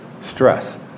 Stress